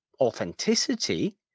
authenticity